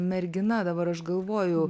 mergina dabar aš galvoju